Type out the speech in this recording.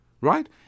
right